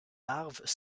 larves